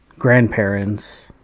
grandparents